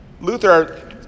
Luther